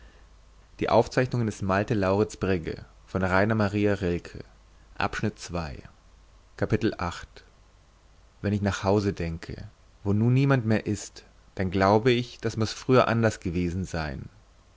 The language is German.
wenn ich nach hause denke wo nun niemand mehr ist dann glaube ich das muß früher anders gewesen sein